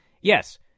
yes